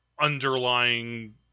underlying